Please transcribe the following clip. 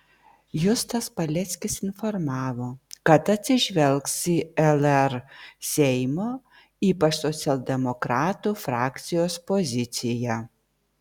justas paleckis informavo kad atsižvelgs į lr seimo ypač socialdemokratų frakcijos poziciją